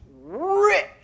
rich